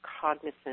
cognizant